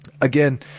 Again